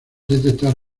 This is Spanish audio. detectar